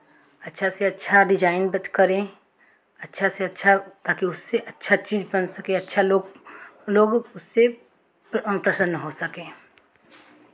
अच्छा से अच्छा डिज़ाइन करें अच्छा से अच्छा ताकि उससे अच्छा चीज़ बन सकें अच्छा लोग लोग उससे प्रसन्न हो सकें